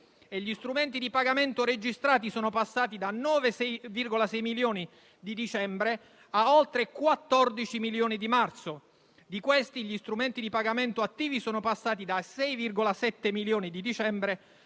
e gli strumenti di pagamento registrati sono passati dai 9,6 milioni di dicembre agli oltre 14 milioni di marzo. Tra questi, gli strumenti di pagamento attivi sono passati da 6,7 milioni a dicembre